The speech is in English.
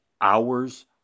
hours